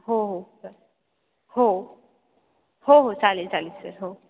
हो हो सर हो हो हो चालेल चालेल सर हो